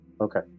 Okay